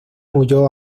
huyó